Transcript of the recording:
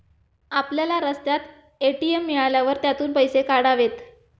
आपल्याला रस्त्यात ए.टी.एम मिळाल्यावर त्यातून पैसे काढावेत